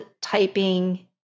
typing